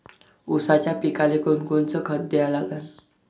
ऊसाच्या पिकाले कोनकोनचं खत द्या लागन?